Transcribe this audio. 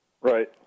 Right